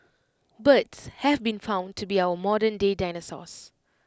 birds have been found to be our modernday dinosaurs